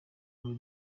muri